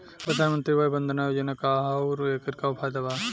प्रधानमंत्री वय वन्दना योजना का ह आउर एकर का फायदा बा?